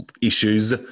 issues